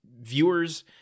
viewers